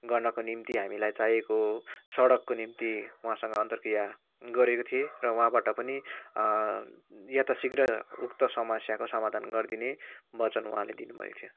गर्नको निम्ति हामीलाई चाहिएको सडकको निम्ति उहाँसँग अन्तरक्रिया गरेको थिएँ र उहाँबाट पनि यथाशीघ्र उक्त समस्याको समाधान गरिदिने वचन उहाँले दिनुभएको थियो